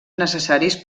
necessaris